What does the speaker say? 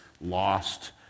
lost